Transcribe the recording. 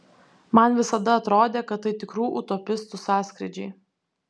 man visada atrodė kad tai tikrų utopistų sąskrydžiai